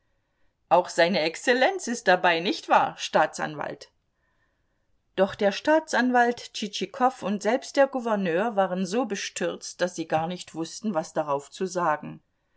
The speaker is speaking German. auch seine exzellenz ist dabei nicht wahr staatsanwalt doch der staatsanwalt tschitschikow und selbst der gouverneur waren so bestürzt daß sie gar nicht wußten was darauf zu sagen